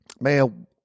Man